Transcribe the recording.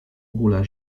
ogóle